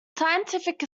scientific